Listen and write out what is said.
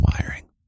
wiring